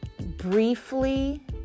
briefly